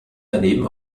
daneben